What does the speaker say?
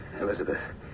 Elizabeth